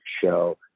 show